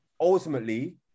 ultimately